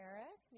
Eric